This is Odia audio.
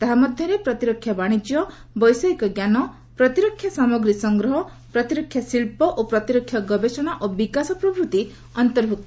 ତାହା ମଧ୍ୟରେ ପ୍ରତିରକ୍ଷା ବାଣିଜ୍ୟ ବୈଷୟିକଜ୍ଞାନ ପ୍ରତିରକ୍ଷା ସାମଗ୍ରୀ ସଂଗ୍ରହ ପ୍ରତିରକ୍ଷା ଶିଳ୍ପ ଓ ପ୍ରତିରକ୍ଷା ଗବେଷଣା ଓ ବିକାଶ ପ୍ରଭୂତି ଅନ୍ତର୍ଭୁକ୍ତ